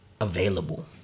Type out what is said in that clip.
available